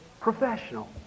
professional